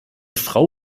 frau